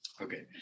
okay